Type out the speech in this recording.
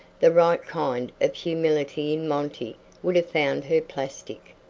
the right kind of humility in monty would have found her plastic.